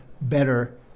better